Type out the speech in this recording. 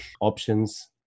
options